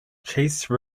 chase